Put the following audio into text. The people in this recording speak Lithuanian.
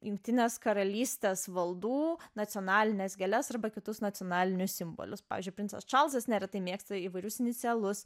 jungtinės karalystės valdų nacionalines gėles arba kitus nacionalinius simbolius pavyzdžiui princas čarlzas neretai mėgsta įvairius inicialus